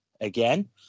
again